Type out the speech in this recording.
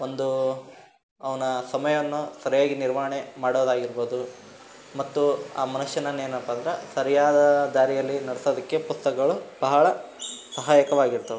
ಒಂದು ಅವನ ಸಮಯವನ್ನು ಸರಿಯಾಗಿ ನಿರ್ವಹಣೆ ಮಾಡೋದಾಗಿರ್ಬೋದು ಮತ್ತು ಆ ಮನುಷ್ಯನನ್ನೇನಪ್ಪ ಅಂದ್ರೆ ಸರಿಯಾದ ದಾರಿಯಲ್ಲಿ ನಡ್ಸೋದಕ್ಕೆ ಪುಸ್ತಕಗಳು ಬಹಳ ಸಹಾಯಕವಾಗಿರ್ತವೆ